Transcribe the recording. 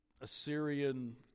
Assyrian